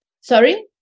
Sorry